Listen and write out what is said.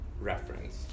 reference